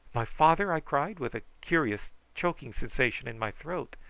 my father? i cried, with a curious choking sensation in my throat.